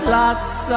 lots